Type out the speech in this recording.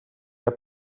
der